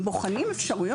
הם בוחנים אפשרויות.